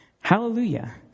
Hallelujah